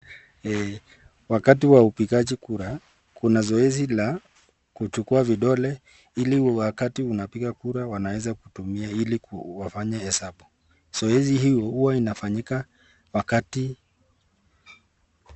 Wakati wa upigaji kura kuna zoezi la kuchukua vidole ili wakati unapiga kura wanaeza kutumia ili wafanye hesabu. Zoezi hii huwa inafanyika wakati...